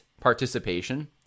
participation